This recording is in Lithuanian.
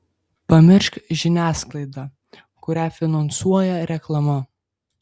pamiršk žiniasklaidą kurią finansuoja reklama